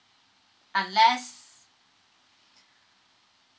unless